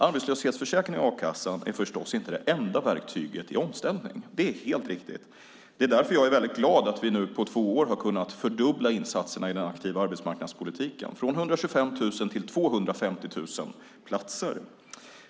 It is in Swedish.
Arbetslöshetsförsäkringen, a-kassan, är förstås inte det enda verktyget i omställningen. Det är helt riktigt. Det är därför jag är väldigt glad att vi nu på två år har kunnat fördubbla insatserna i den aktiva arbetsmarknadspolitiken från 125 000 till 250 000 platser.